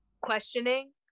questioning